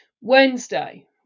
wednesday